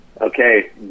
Okay